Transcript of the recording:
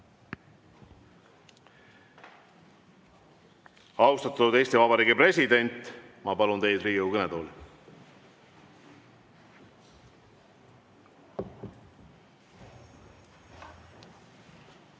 Austatud Eesti Vabariigi president, ma palun teid Riigikogu kõnetooli.